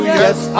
yes